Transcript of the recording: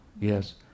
Yes